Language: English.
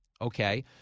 Okay